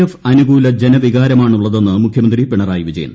F അനുകൂല ജനവികാരമാണുള്ളതെന്ന് മുഖ്യമന്ത്രി പിണറായി വിജയൻ